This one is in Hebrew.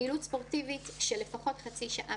פעילות ספורטיבית של לפחות חצי שעה